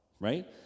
right